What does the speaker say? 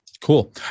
Cool